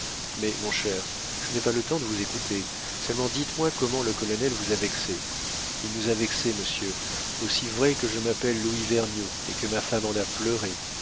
mais mon cher je n'ai pas le temps de vous écouter seulement dites-moi comment le colonel vous a vexés il nous a vexés monsieur aussi vrai que je m'appelle louis vergniaud et que ma femme en a pleuré